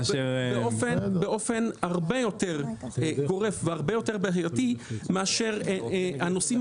זה באופן הרבה יותר גורף והרבה יותר בעייתי מאשר הנושאים